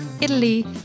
Italy